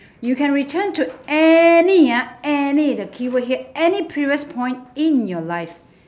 you can return to any ah any the keyword here any previous point in your life